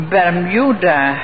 Bermuda